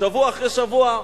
שבוע אחרי שבוע,